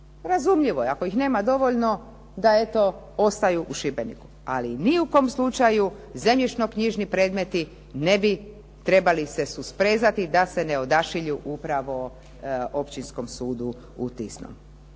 razumljivo je da ako ih nema dovoljno da eto ostaju u Šibeniku. A ni u kom slučaju zemljišno-knjižni predmeti ne bi trebali se susprezati se da se ne odašilju upravo Općinskom sudu u Tisnom.